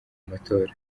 matora